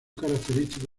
característico